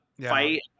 fight